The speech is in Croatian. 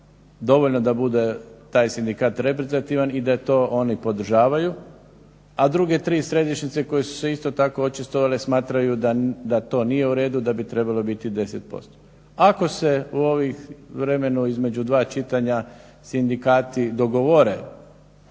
dovoljno da bude taj sindikat reprezentativan i da to oni podržavaju, a druge tri središnjice koje su se isto tako očitovale smatraju da to nije u redu, da bi trebalo biti 10%. Ako se u ovom vremenu između dva čitanja sindikati dogovore